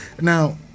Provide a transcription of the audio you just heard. Now